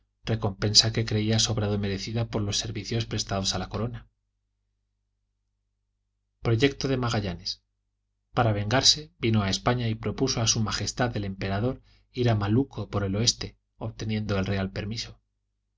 recompensa que creía sobrado merecida por los servicios prestados a la corona proyecto de magallanes para vengarse vino a españa y propuso a su majestad el emperador ir a malucco por el oeste obteniendo el real permiso